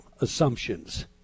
assumptions